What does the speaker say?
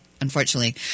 unfortunately